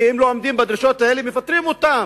כי אם לא עומדים בדרישות האלה מפטרים אותם,